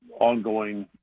ongoing